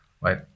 right